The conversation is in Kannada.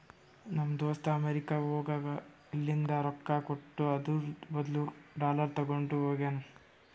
ನಮ್ ದೋಸ್ತ ಅಮೆರಿಕಾ ಹೋಗಾಗ್ ಇಲ್ಲಿಂದ್ ರೊಕ್ಕಾ ಕೊಟ್ಟು ಅದುರ್ ಬದ್ಲು ಡಾಲರ್ ತಗೊಂಡ್ ಹೋಗ್ಯಾನ್